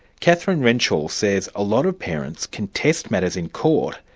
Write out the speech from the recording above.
kathryn renshall says a lot of parents contest matters in court,